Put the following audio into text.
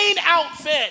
outfit